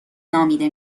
نامیده